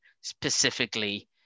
specifically